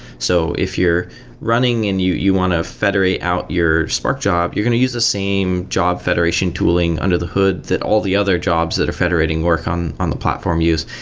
so if you're running and you you want to federate out your spark job, you're going to use a same job federation tooling under the hood that all the other jobs that are federating work on on the platform use.